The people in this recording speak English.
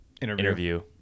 interview